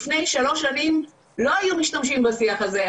לפני שלוש שנים לא היו משתמשים בשיח הזה.